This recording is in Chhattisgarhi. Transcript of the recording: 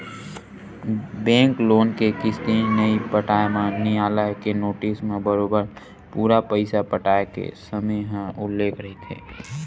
बेंक लोन के किस्ती नइ पटाए म नियालय के नोटिस म बरोबर पूरा पइसा पटाय के समे ह उल्लेख रहिथे